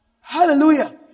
Hallelujah